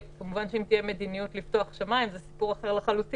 כמובן שאם תהיה מדיניות של לפתוח שמיים זה סיפור אחר לחלוטין.